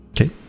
Okay